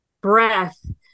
breath